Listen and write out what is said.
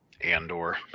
andor